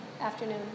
afternoon